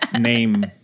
name